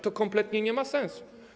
To kompletnie nie ma sensu.